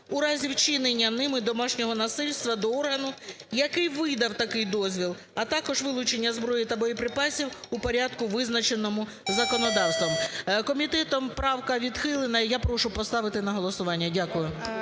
у разі вчинення ними домашнього насильства, до органу, який видав такий дозвіл, а також вилучення зброї та боєприпасів у порядку, визначеному законодавством. Комітетом правка відхилена. Я прошу поставити на голосування. Дякую.